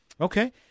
Okay